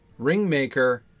ringmaker